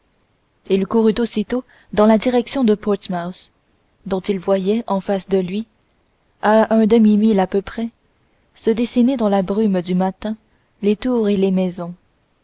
il courut aussitôt dans la direction de portsmouth dont il voyait en face de lui à un demi-mille à peu près se dessiner dans la brume du matin les tours et les maisons